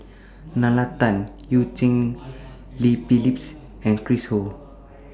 Nalla Tan EU Cheng Li Phyllis and Chris Ho